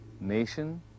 nation